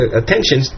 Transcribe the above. attention